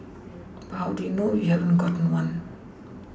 but how do you know if you haven't got one